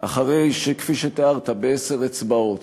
אחרי שכפי שתיארת, בעשר אצבעות